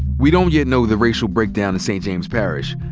we don't yet know the racial breakdown of st. james parish.